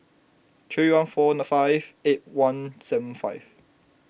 three one four five eight one seven five